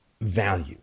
value